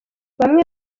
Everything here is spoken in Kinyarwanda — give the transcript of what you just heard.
bamwe